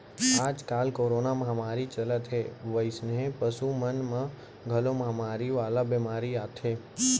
आजकाल कोरोना महामारी चलत हे वइसने पसु मन म घलौ महामारी वाला बेमारी आथे